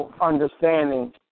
understanding